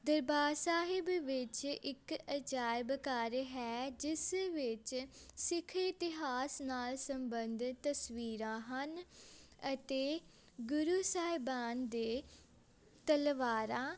ਦਰਬਾਰ ਸਾਹਿਬ ਵਿੱਚ ਇੱਕ ਅਜਾਇਬ ਘਰ ਹੈ ਜਿਸ ਵਿੱਚ ਸਿੱਖ ਇਤਿਹਾਸ ਨਾਲ ਸੰਬੰਧਿਤ ਤਸਵੀਰਾਂ ਹਨ ਅਤੇ ਗੁਰੂ ਸਾਹਿਬਾਨ ਦੇ ਤਲਵਾਰਾਂ